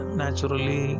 naturally